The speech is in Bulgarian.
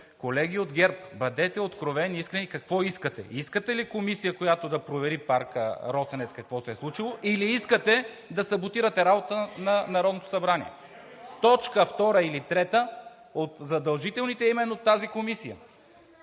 Колеги от ГЕРБ-СДС, бъдете откровени и искрени – какво искате? Искате ли комисия, която да провери в парка „Росенец“ какво се е случило, или искате да саботирате работата н Народното събрание? Точка втора или трета от задължителните е именно тази комисия.